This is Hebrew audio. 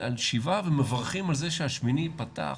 מדברים על שבעה ומברכים על זה שהשמיני ייפתח.